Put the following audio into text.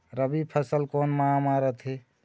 रबी फसल कोन माह म रथे?